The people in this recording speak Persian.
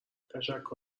تشکر